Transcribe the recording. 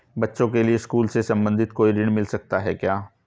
बच्चों के लिए स्कूल से संबंधित कोई ऋण मिलता है क्या?